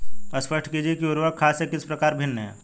स्पष्ट कीजिए कि उर्वरक खाद से किस प्रकार भिन्न है?